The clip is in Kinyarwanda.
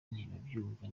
ntibabyumva